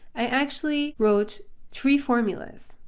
i actually wrote three formulas.